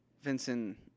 Vincent